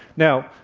now,